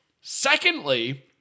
Secondly